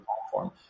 platform